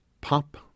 Pop